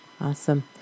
Awesome